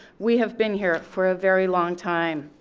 we have been here for very long time,